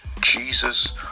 Jesus